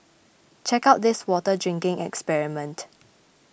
check out this water drinking experiment